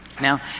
Now